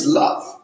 love